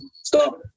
Stop